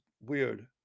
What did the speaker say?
weird